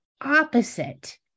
opposite